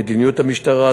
מדיניות המשטרה,